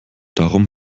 darum